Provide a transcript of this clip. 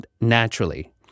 naturally